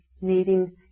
needing